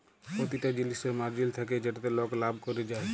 পতিটা জিলিসের মার্জিল থ্যাকে যেটতে লক লাভ ক্যরে যায়